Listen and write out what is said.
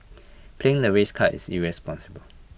playing the race card is irresponsible